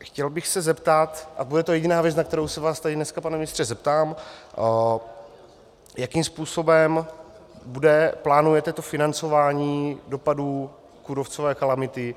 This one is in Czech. Chtěl bych se zeptat a bude to jediná věc, na kterou se vás tady dneska, pane ministře, zeptám, jakým způsobem plánujete financování dopadů kůrovcové kalamity.